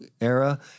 era